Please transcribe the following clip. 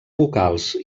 vocals